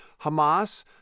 Hamas